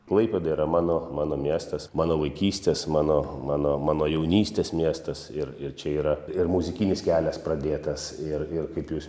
klaipėda yra mano mano miestas mano vaikystės mano mano mano jaunystės miestas ir ir čia yra ir muzikinis kelias pradėtas ir ir kaip jūs